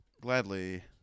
Gladly